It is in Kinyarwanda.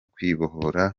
kwibohora